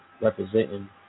representing